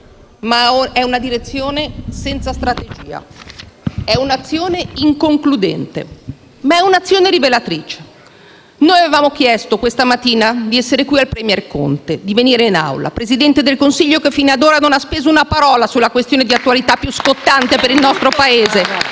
ma è una direzione senza strategia, è un'azione inconcludente; ma è un'azione rivelatrice. Noi avevamo chiesto questa mattina al *premier* Conte di essere qui in Aula. Un Presidente del Consiglio che fino ad ora non ha speso una parola sulla questione di attualità più scottante per il nostro Paese